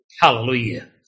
Hallelujah